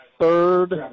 third